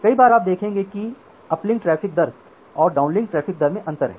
कई बार आप देखेंगे कि अपलिंक ट्रैफ़िक दर और डाउनलिंक ट्रैफ़िक दर में अंतर है